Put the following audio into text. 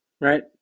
Right